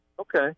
Okay